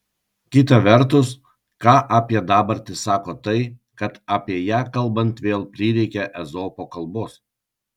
kita vertus ką apie dabartį sako tai kad apie ją kalbant vėl prireikia ezopo kalbos